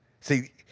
See